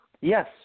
Yes